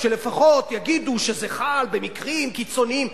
שלפחות יגידו שזה חל במקרים קיצוניים.